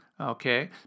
okay